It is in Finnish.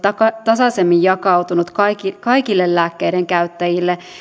tasaisemmin jakautunut kaikille kaikille lääkkeiden käyttäjille